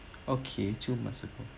okay to mexico